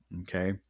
Okay